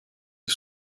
est